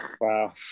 Wow